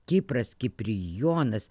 kipras kiprijonas